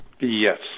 Yes